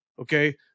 Okay